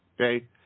Okay